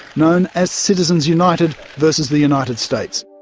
known as citizens united vs the united states.